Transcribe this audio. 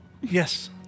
Yes